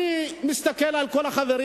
אני מסתכל על כל החברים,